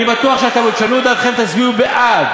אני בטוח שאתם עוד תשנו את דעתכם ותצביעו בעד,